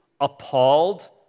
appalled